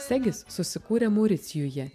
segis susikūrė mauricijuje